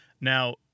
Now